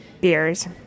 beers